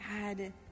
God